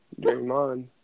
Draymond